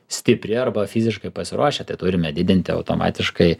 stipri arba fiziškai pasiruošę tai turime didinti automatiškai